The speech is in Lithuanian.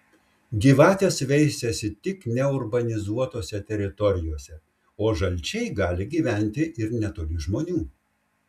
gyvatės veisiasi tik neurbanizuotose teritorijose o žalčiai gali gyventi ir netoli žmonių